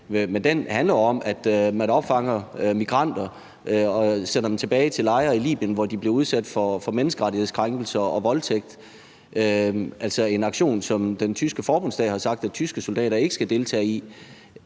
men den handler jo om, at man opfanger migranter og sender dem tilbage til lejre i Libyen, hvor de bliver udsat for menneskerettighedskrænkelser og voldtægt – en aktion, som den tyske Forbundsdag har sagt at tyske soldater ikke skal deltage i.